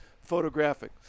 photographic